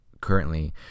currently